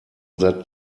that